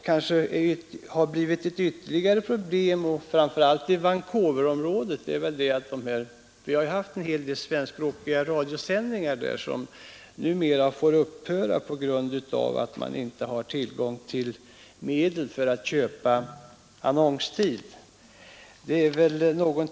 Ytterligare ett problem är framför allt i Vancouverområdet där man haft en hel del sändningar — att de svenska radiosändningarna måste upphöra därför att man inte har medel att köpa annonstid.